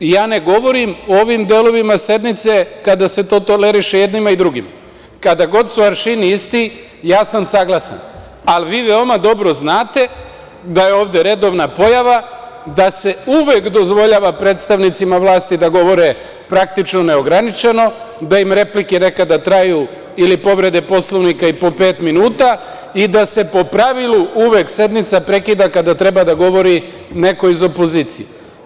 Ne govorim o ovim delovima sednice kada se to toleriše jednima i drugima, kad god su aršini isti ja sam saglasan, ali vi veoma dobro znate da je ovde redovna pojava, da se uvek dozvoljava predstavnicima vlasti da govore praktično neograničeno, da im replike nekada traju ili povrede Poslovnika po pet minuta, i da se po pravilu uvek sednica prekida kada treba da govori neko iz opozicije.